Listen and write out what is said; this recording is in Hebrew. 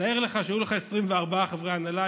תאר לך שהיו לך 24 חברי הנהלה,